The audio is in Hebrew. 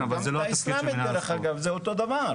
גם באיסלאם זה אותו דבר.